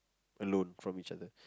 alone from each other